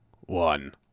One